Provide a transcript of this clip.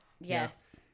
yes